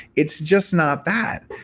it's just not that.